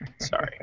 sorry